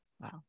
Wow